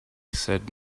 said